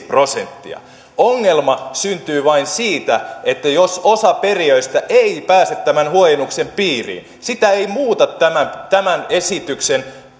prosenttia ongelma syntyy vain siitä että jos osa perijöistä ei pääse tämän huojennuksen piiriin sitä ei muuta tämän tämän esityksen